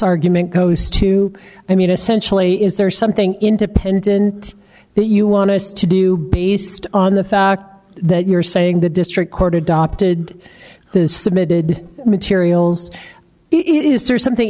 argument goes to i mean essentially is there something independent that you want to do based on the fact that you're saying the district court adopted submitted materials it is there's something